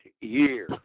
year